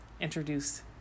Introduce